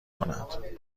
کند